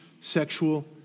sexual